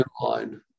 line